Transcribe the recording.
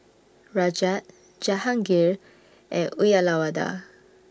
Rajat Jahangir and Uyyalawada